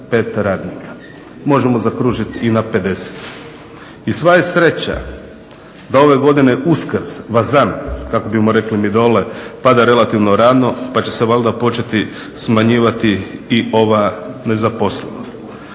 Možemo zaokružiti na 50. I sva je sreća da ove godine Uskrs, Vazam kako bimo rekli mi dole pada relativno rano pa će se valjda početi smanjivati i ova nezaposlenost.